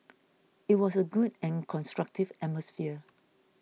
it was a good and constructive atmosphere